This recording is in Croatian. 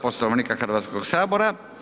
Poslovnika Hrvatskog sabora.